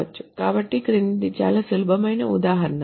కాబట్టి క్రిందిది చాలా సులభమైన ఉదాహరణ